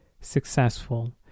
successful